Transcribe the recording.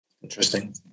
Interesting